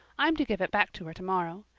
i'm to give it back to her tomorrow.